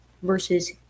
versus